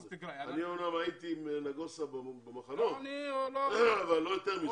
אמנם הייתי עם נגוסה במחנות אבל לא יותר מזה.